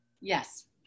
Yes